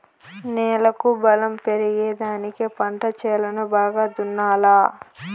నేలకు బలం పెరిగేదానికి పంట చేలను బాగా దున్నాలా